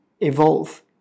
evolve